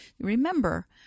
Remember